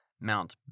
Mount